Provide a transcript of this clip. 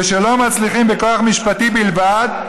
כשלא מצליחים בכוח משפטי בלבד,